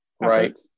Right